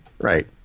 Right